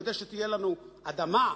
כדי שתהיה לנו אדמה,